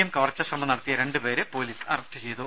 M കവർച്ച ശ്രമം നടത്തിയ രണ്ടു പേരെ പോലീസ് അറസ്റ്റ് ചെയ്തു